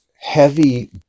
heavy